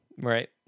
right